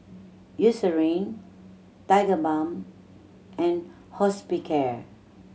Eucerin Tigerbalm and Hospicare